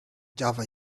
java